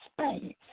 Spain